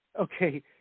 okay